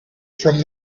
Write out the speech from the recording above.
from